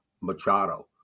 Machado